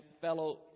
fellow